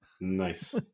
Nice